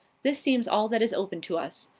this seems all that is open to us.